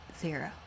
Zero